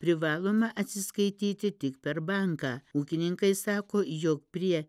privaloma atsiskaityti tik per banką ūkininkai sako jog prie